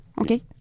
Okay